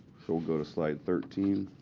so we'll go to slide thirteen.